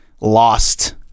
lost